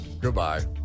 Goodbye